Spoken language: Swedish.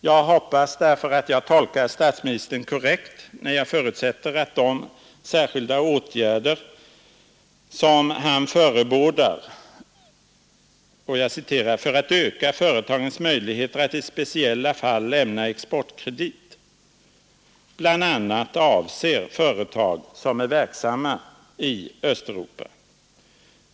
Jag hoppas därför att jag tolkar statsministern korrekt när jag förutsätter att de s kilda åtgärder som han förebådar ”för att öka företagens möjligheter att i speciella fall lämna exportkredit” bl.a. avser företag som är verksamma i Östeuropa.